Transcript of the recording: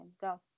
Go